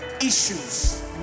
issues